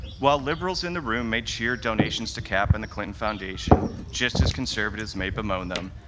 while liberals in the room may cheer donations to cap and the clinton foundation, just as conservative may bemoan them,